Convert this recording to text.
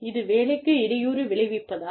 இது வேலைக்கு இடையூறு விளைவிப்பதா